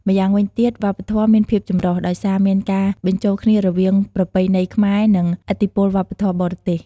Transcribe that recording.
ម្យ៉ាងវិញទៀត វប្បធម៌មានភាពចម្រុះ ដោយសារមានការបញ្ចូលគ្នារវាងប្រពៃណីខ្មែរ និងឥទ្ធិពលវប្បធម៌បរទេស។